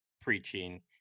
preaching